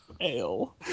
ale